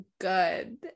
good